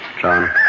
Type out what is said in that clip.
John